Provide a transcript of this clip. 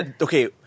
Okay